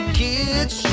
kids